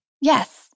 Yes